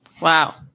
Wow